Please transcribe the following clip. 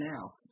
now